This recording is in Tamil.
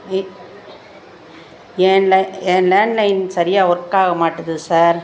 இ ஏன் லே ஏன் லேண்ட்லைன் சரியா ஒர்க்காக மாட்டேது சார்